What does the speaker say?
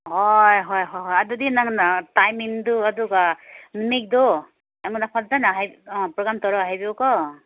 ꯍꯣꯏ ꯍꯣꯏ ꯍꯣꯏ ꯍꯣꯏ ꯑꯗꯨꯗꯤ ꯅꯪꯅ ꯇꯥꯏꯃꯤꯡꯗꯨ ꯑꯗꯨꯒ ꯅꯨꯃꯤꯠꯇꯣ ꯑꯩꯉꯣꯟꯗ ꯐꯖꯅ ꯑꯥ ꯄ꯭ꯔꯣꯒ꯭ꯔꯥꯝ ꯇꯧꯔꯒ ꯍꯥꯏꯕꯤꯌꯨꯀꯣ